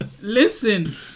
Listen